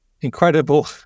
incredible